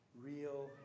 real